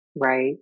right